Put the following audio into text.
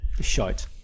shite